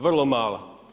Vrlo mala.